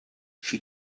she